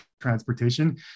transportation